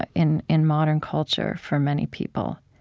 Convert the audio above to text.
ah in in modern culture for many people?